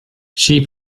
she